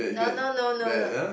no no no no no